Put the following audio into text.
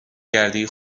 گردی